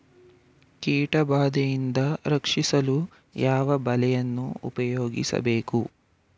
ಕೀಟಬಾದೆಯಿಂದ ರಕ್ಷಿಸಲು ಯಾವ ಬಲೆಯನ್ನು ಉಪಯೋಗಿಸಬೇಕು?